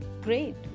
great